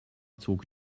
zog